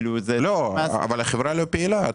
לא, אבל החברה לא פעילה.